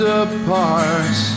apart